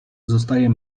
zostaje